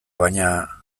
baina